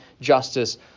justice